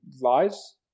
lies